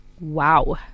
Wow